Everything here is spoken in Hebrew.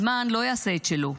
הזמן לא יעשה את שלו,